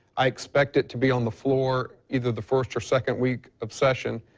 i expect it to be on the floor, either the first or second week of session.